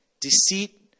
deceit